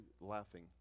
laughing